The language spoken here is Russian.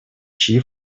чьи